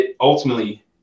ultimately